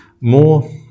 more